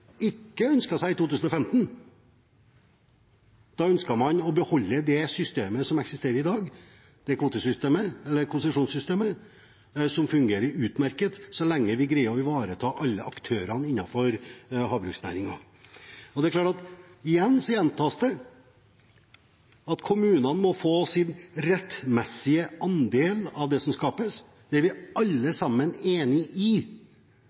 ikke ønsket seg i 2015. Da ønsket man å beholde det systemet som eksisterer i dag – kvotesystemet eller konsesjonssystemet. Det fungerer utmerket så lenge man greier å ivareta alle aktørene innenfor havbruksnæringen. Igjen gjentas det at kommunene må få sin rettmessige andel av det som skapes. Det er vi alle sammen enig i,